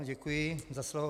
Děkuji za slovo.